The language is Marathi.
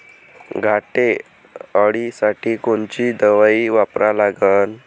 घाटे अळी साठी कोनची दवाई वापरा लागन?